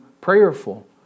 prayerful